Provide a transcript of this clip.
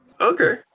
okay